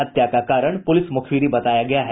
हत्या का कारण पुलिस मुखबिरी बताया जा रहा है